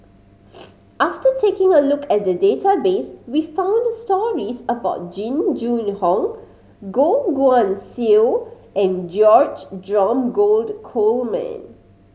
after taking a look at the database we found stories about Jing Jun Hong Goh Guan Siew and George Dromgold Coleman